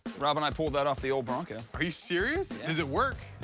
rob and i pulled that off the old bronco. are you serious? does it work?